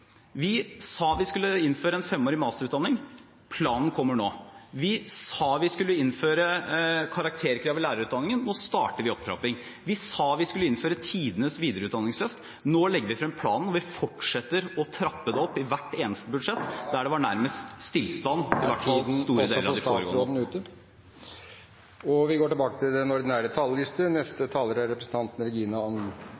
Vi sa vi skulle innføre en femårig masterutdanning, planen kommer nå. Vi sa vi skulle innføre karakterkrav i lærerutdanningen, nå starter vi opptrapping. Vi sa vi skulle innføre tidenes videreutdanningsløft, nå legger vi frem planen, og vi fortsetter å trappe det opp i hvert eneste budsjett, der det var nærmest stillstand i hvert fall i store deler av de foregående budsjettene. Replikkordskiftet er omme. Vi